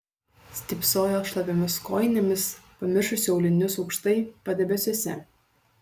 stypsojo šlapiomis kojinėmis pamiršusi aulinius aukštai padebesiuose